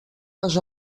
les